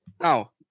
Now